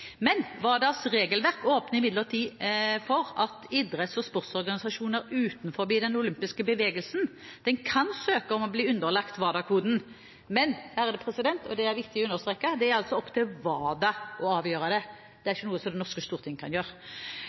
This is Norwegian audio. Men – og det er det viktig å understreke – det er opp til WADA å avgjøre det, det er ikke noe som det norske storting kan gjøre.